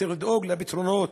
צריך לדאוג לפתרונות.